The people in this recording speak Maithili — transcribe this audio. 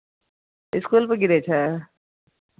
इसकुलपर गिरै छै